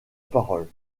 parole